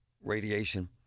radiation